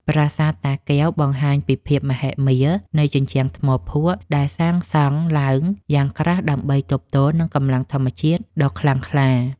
ប្រាសាទតាកែវបង្ហាញពីភាពមហិមានៃជញ្ជាំងថ្មភក់ដែលសាងសង់ឡើងយ៉ាងក្រាស់ដើម្បីទប់ទល់នឹងកម្លាំងធម្មជាតិដ៏ខ្លាំងក្លា។